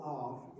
off